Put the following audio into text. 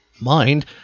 mind